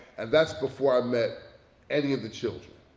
and that's before i met any of the children.